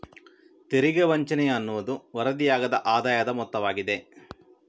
ತೆರಿಗೆ ವಂಚನೆಯ ಅನ್ನುವುದು ವರದಿಯಾಗದ ಆದಾಯದ ಮೊತ್ತವಾಗಿದೆ